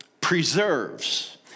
preserves